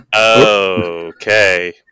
Okay